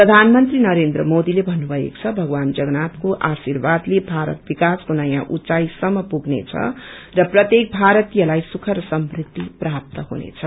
प्रधानमंत्री नरेन्द्र मोदीले भन्नुभएको छ भगवान जगन्नाथको आश्रीवादले भारत विकासको नयाँ ऊचाँईसम्म पुग्नेछ र प्रत्येक भारतीयलाई सुख र समृद्धि प्राप्त हुनेछ